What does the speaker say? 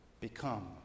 become